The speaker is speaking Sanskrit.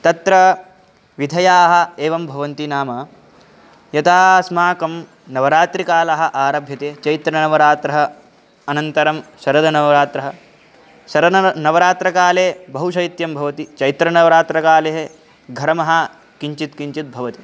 तत्र विधयः एवं भवन्ति नाम यदा अस्माकं नवरात्रिकालः आरभ्यते चैत्रनवरात्रिः अनन्तरं शरण्णवरात्रिः शरत् नवरात्रिकाले बहुशैत्यं भवति चैत्रनवरात्रिकाले घर्मः किञ्चित् किञ्चित् भवति